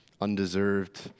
Undeserved